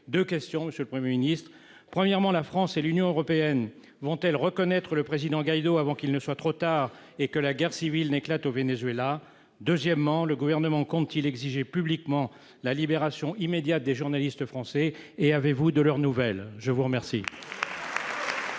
journalistes. Monsieur le Premier ministre, la France et l'Union européenne vont-elles reconnaître le président Guaido avant qu'il ne soit trop tard et que la guerre civile n'éclate au Venezuela ? Le Gouvernement compte-t-il exiger publiquement la libération immédiate des journalistes français ? Avez-vous de leurs nouvelles ? La parole